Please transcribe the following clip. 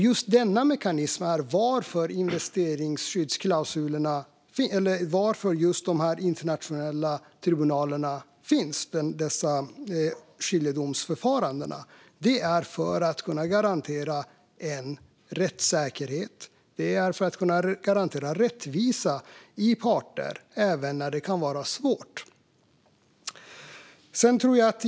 Just denna mekanism är anledningen till att de internationella tribunalerna, dessa skiljedomsförfaranden, finns. Det är för att kunna garantera en rättssäkerhet, för att kunna garantera rättvisa mellan parter även när det kan vara svårt. Fru talman!